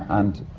and.